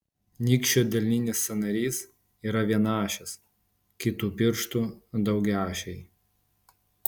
nykščio delninis sąnarys yra vienaašis kitų pirštų daugiaašiai